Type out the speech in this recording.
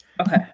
Okay